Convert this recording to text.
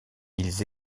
ils